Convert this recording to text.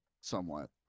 somewhat